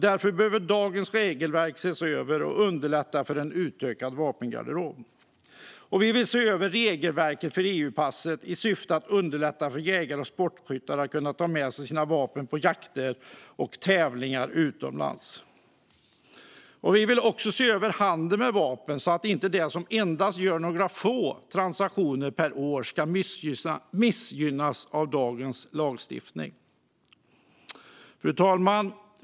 Därför behöver dagens regelverk ses över och underlätta för en utökad vapengarderob. Vi vill se över regelverket för EU-passet i syfte att underlätta för jägare och sportskyttar att kunna ta med sig sina vapen på jakter eller tävlingar utomlands. Vi vill se över handeln med vapen, så att de som endast gör några få transaktioner per år inte missgynnas av lagstiftningen. Fru talman!